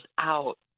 out